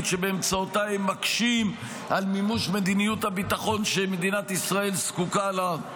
שבאמצעותה הם מקשים על מימוש מדיניות הביטחון שמדינת ישראל זקוקה לה,